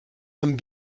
amb